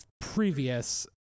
Previous